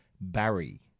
Barry